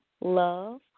love